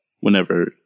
whenever